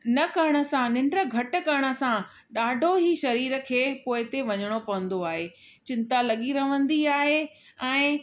न करण सां निंड घटि करण सां ॾाढो ई शरीर खे पोए ते वञिणो पवंदो आहे चिंता लॻी रहंदी आहे ऐं